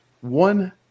one